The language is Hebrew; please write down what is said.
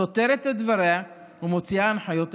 סותרת את דבריה ומוציאה הנחיות אחרות.